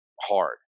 hard